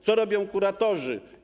Co robią kuratorzy?